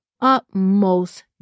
utmost